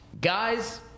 Guys